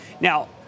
Now